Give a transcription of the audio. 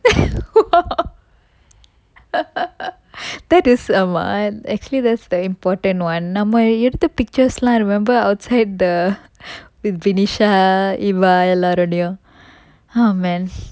that is um actually that's the important [one] நம்ம எடுத்த:namma edutha pictures lah remember outside the with vinisha eva எல்லாரோடயும்:ellarodayum oh man